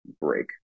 break